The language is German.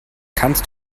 kannst